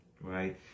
Right